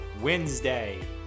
Wednesday